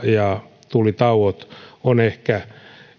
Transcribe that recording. ja tulitauot ovat ehkä